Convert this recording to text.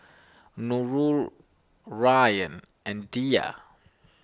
Nurul Ryan and Dhia